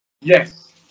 Yes